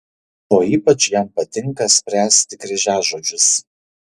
o ypač jam patinka spręsti kryžiažodžius